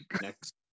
next